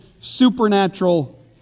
supernatural